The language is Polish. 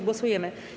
Głosujemy.